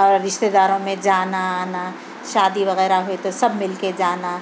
اور رشتے داروں میں جانا آنا شادی وغیرہ ہوئی تو سب مِل کے جانا